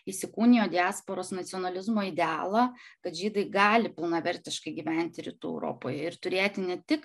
jis įkūnijo diasporos nacionalizmo idealą kad žydai gali pilnavertiškai gyventi rytų europoje ir turėti ne tik